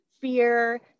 fear